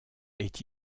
est